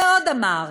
ועוד אמר: